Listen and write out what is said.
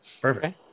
perfect